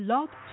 Love